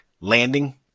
landing